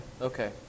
Okay